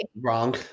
Wrong